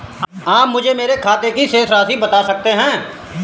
आप मुझे मेरे खाते की शेष राशि बता सकते हैं?